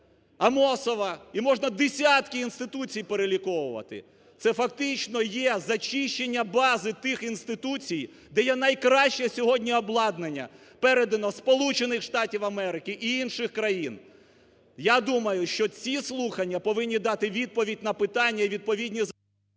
Амосова і можна десятки інституцій переліковувати – це фактично є зачищення бази тих інституцій, де є найкраще сьогодні обладнання, передано із Сполучених Штатів Америки і інших країн. Я думаю, що ці слухання повинні дати відповідь на питання і відповідні…